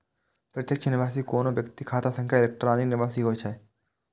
प्रत्यक्ष निकासी कोनो व्यक्तिक खाता सं इलेक्ट्रॉनिक निकासी होइ छै